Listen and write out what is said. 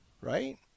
right